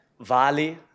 Vale